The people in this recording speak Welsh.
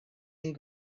ein